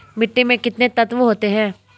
मिट्टी में कितने तत्व होते हैं?